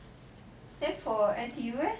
then for N_T_U leh